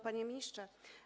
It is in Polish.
Panie Ministrze!